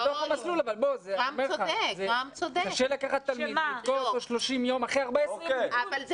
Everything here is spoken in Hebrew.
הם בתוך המסלול אבל קשה לקחת 30 יום --- לא נכון.